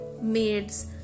maids